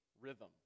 rhythm